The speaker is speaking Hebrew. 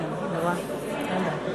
בוועדת הכנסת נתקבלה.